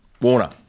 Warner